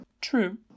True